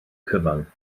cyfan